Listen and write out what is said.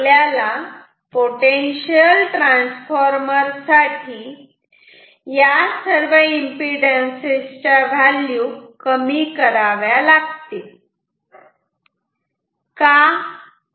तेव्हा आपल्याला potential transformer साठी या एम्पिडन्सेस च्या व्हॅल्यू कमी कराव्या लागतील का